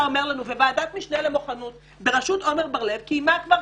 אומר לנו ווועדת המשנה למוכנות בראשות עמר בר לב קיימה כבר